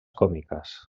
còmiques